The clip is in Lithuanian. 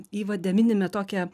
įvade minime tokią